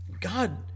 God